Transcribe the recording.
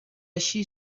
així